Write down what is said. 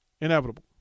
Inevitable